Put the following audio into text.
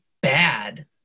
bad